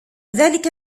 ذلك